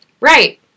Right